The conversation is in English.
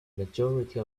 majority